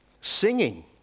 Singing